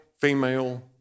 female